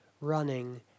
running